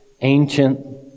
ancient